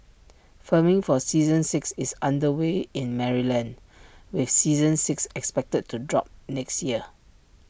filming for season six is under way in Maryland with seasons six expected to drop next year